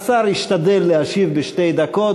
והשר ישתדל להשיב בשתי דקות.